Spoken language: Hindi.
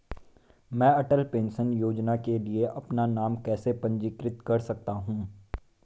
मैं अटल पेंशन योजना के लिए अपना नाम कैसे पंजीकृत कर सकता हूं?